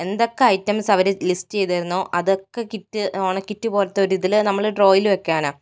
എന്തൊക്കെ ഐറ്റംസ് അവർ ലിസ്റ്റ് ചെയ്തു തരുന്നോ അതൊക്കെ കിറ്റ് ഓണ കിറ്റ് പോലത്തെ ഒരിതിൽ നമ്മൾ ഡ്രോയിൽ വെക്കാനാണ്